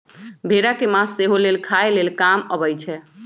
भेड़ा के मास सेहो लेल खाय लेल काम अबइ छै